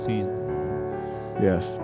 Yes